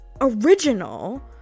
original